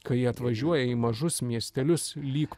kai jie atvažiuoja į mažus miestelius lyg